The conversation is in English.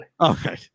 Okay